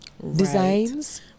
designs